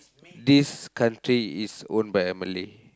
this country is owned by a Malay